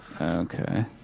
Okay